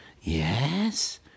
yes